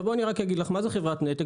מה זו חברת נתק?